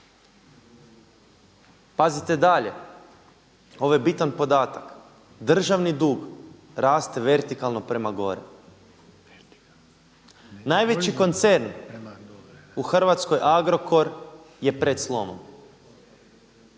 Pazite dalje, ovo je bitan podatak. Državni dug raste vertikalno prema gore. Najveći koncern u Hrvatskoj Agrokor je pred slomom.